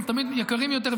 הם תמיד יקרים יותר,